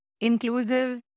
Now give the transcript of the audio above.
inclusive